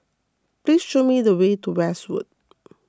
please show me the way to Westwood